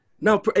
Now